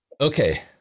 Okay